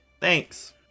Thanks